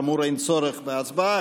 כאמור, אין צורך בהצבעה.